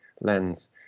lens